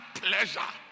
pleasure